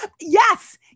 Yes